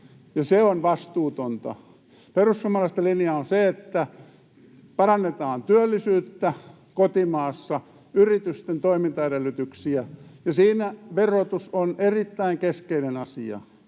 se on vastuutonta. Perussuomalaisten linja on se, että parannetaan työllisyyttä kotimaassa, yritysten toimintaedellytyksiä, ja siinä verotus on erittäin keskeinen asia.